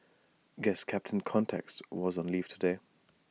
guess captain context was on leave today